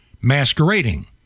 masquerading